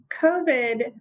COVID